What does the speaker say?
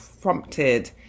prompted